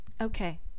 okay